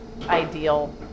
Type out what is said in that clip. ideal